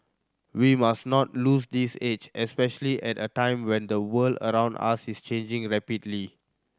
we must not lose this edge especially at a time when the world around us is changing rapidly